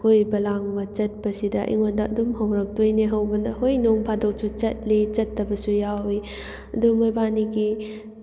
ꯀꯣꯏꯕ ꯂꯥꯡꯕ ꯆꯠꯄꯁꯤꯗ ꯑꯩꯉꯣꯟꯗ ꯑꯗꯨꯝ ꯍꯧꯔꯛꯇꯣꯏꯅꯦ ꯍꯧꯕꯅ ꯍꯣꯏ ꯅꯣꯡ ꯐꯥꯗꯣꯛꯁꯨ ꯆꯠꯂꯤ ꯆꯠꯇꯕꯁꯨ ꯌꯥꯎꯋꯤ ꯑꯗꯨ ꯃꯣꯏꯕꯥꯅꯤꯒꯤ